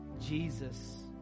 Jesus